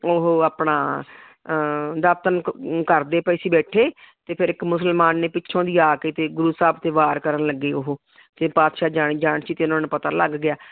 ਉਹ ਆਪਣਾ ਦਾਤਣ ਕਰਦੇ ਪਏ ਸੀ ਬੈਠੇ ਅਤੇ ਫਿਰ ਇੱਕ ਮੁਸਲਮਾਨ ਨੇ ਪਿੱਛੋਂ ਦੀ ਆ ਕੇ ਅਤੇ ਗੁਰੂ ਸਾਹਿਬ 'ਤੇ ਵਾਰ ਕਰਨ ਲੱਗੇ ਉਹ ਅਤੇ ਪਾਤਸ਼ਾਹ ਜਾਣੀ ਜਾਣ ਸੀ ਅਤੇ ਉਹਨਾਂ ਨੂੰ ਪਤਾ ਲੱਗ ਗਿਆ